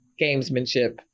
gamesmanship